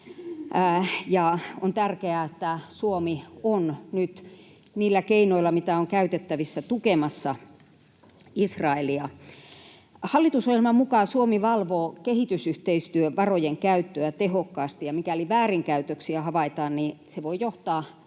on tärkeää, että Suomi on nyt niillä keinoilla, mitä on käytettävissä, tukemassa Israelia. Hallitusohjelman mukaan Suomi valvoo kehitysyhteistyövarojen käyttöä tehokkaasti, ja mikäli väärinkäytöksiä havaitaan, niin se voi johtaa tuen